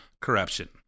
corruption